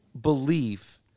belief